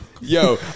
Yo